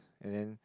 and then